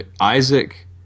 Isaac